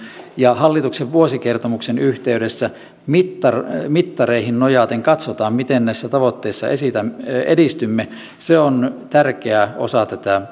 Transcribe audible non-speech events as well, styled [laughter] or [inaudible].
ja hallituksen vuosikertomuksen yhteydessä mittareihin mittareihin nojaten katsotaan miten näissä tavoitteissa edistymme on tärkeä osa tätä [unintelligible]